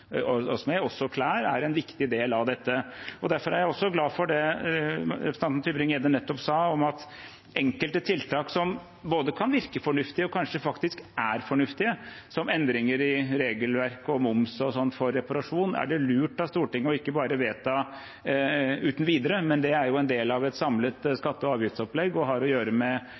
omgir oss med, også klær, er en viktig del av dette. Derfor er jeg også glad for det representanten Tybring-Gjedde nettopp sa om at enkelte tiltak som både kan virke fornuftige og kanskje faktisk er fornuftige, som endringer i regelverket om moms på reparasjon og sånt, er det lurt av Stortinget ikke bare å vedta uten videre. Det er en del av et samlet skatte- og avgiftsopplegg og har å gjøre med